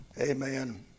Amen